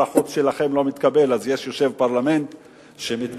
החוץ שלכם לא מתקבל אז יש יושב-ראש פרלמנט שמתקבל,